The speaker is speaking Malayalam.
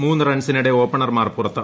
മൂന്ന് റൺസിനിടെ ഓപ്പണർമാർ പുറത്ത്